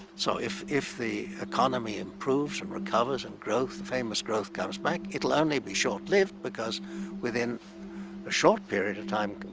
so, if if the economy improves and recovers and the famous growth comes back, it will only be short-lived because within a short period of time,